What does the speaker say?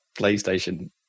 PlayStation